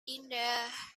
indah